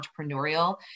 entrepreneurial